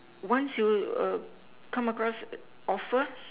once you err come across offer